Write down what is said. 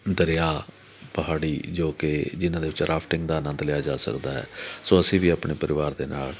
ਦਰਿਆ ਪਹਾੜੀ ਜੋ ਕਿ ਜਿਨ੍ਹਾਂ ਦੇ ਵਿੱਚ ਰਾਫਟਿੰਗ ਦਾ ਆਨੰਦ ਲਿਆ ਜਾ ਸਕਦਾ ਹੈ ਸੋ ਅਸੀਂ ਵੀ ਆਪਣੇ ਪਰਿਵਾਰ ਦੇ ਨਾਲ